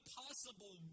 possible